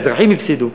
האזרחים הפסידו,